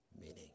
meaning